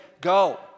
Go